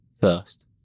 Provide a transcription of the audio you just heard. first